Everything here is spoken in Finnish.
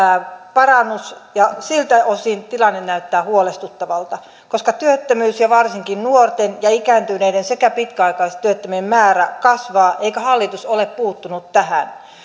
parannus ja siltä osin tilanne näyttää huolestuttavalta koska työttömyys ja varsinkin nuorten ja ikääntyneiden sekä pitkäaikaistyöttömien määrä kasvaa eikä hallitus ole puuttunut tähän